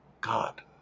God